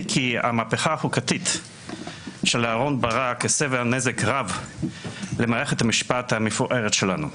כי המהפכה החוקתית של אהרון ברק הסבה נזק רב למערכת המשפט המפוארת שלנו.